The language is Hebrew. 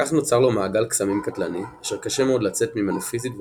כך נוצר לו מעגל קסמים קטלני אשר קשה מאוד לצאת ממנו פיזית ונפשית.